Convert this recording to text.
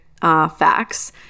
facts